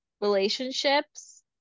relationships